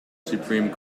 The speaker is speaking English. supreme